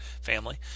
family